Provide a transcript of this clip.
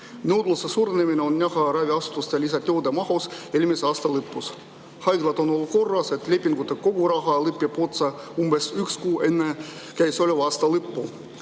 Nõudluse suurenemine on näha raviasutuste lisatööde mahust eelmise aasta lõpus. Haiglad on olukorras, kus lepingute kogu raha lõpeb otsa umbes üks kuu enne käesoleva aasta lõppu.